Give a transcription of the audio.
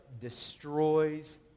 destroys